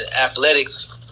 athletics